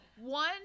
one